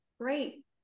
great